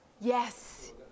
yes